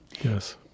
Yes